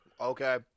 Okay